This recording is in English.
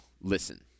listen